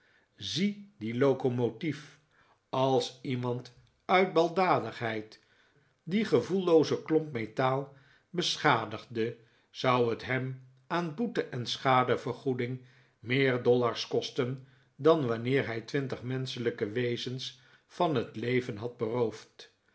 zie die locomotiefl als iemand uit baldadigheid dien gevoelloozen klomp metaal beschadigde zou het hem aan boete en schadevergoeding meer dollars kosten dan wanneer hij twintig menschelijke wezens van het leven had beroofd